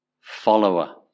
follower